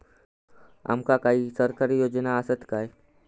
आमका काही सरकारी योजना आसत काय?